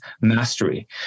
mastery